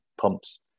pumps